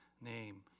name